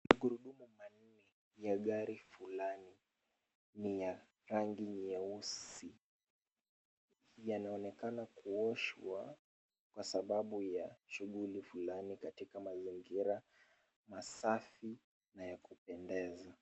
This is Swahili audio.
Magurudumu manne ya gari fulani ni ya rangi nyeusi. Yanaonekana kuoshwa kwasababu ya shughuli fulani katika mazingira masafi na ya kupendeza.